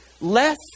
less